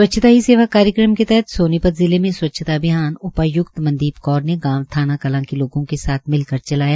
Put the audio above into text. स्वच्छता की सेवा कार्यक्रम के तहत सोनीपत जिले में स्वच्छता अभियान उपाय्क्त मंदीप कौर ने गांव थाना कलां के लोगों के साथ मिलकर चलाया